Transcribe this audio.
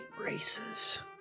races